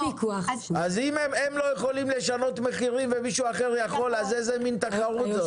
אם הם לא יכולים לשנות מחירים ומישהו אחר יכול אז איזו מין תחרות זאת?